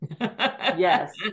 Yes